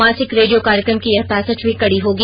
मासिक रेडियो कार्यक्रम की यह पैंसठवीं कड़ी होगी